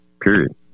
period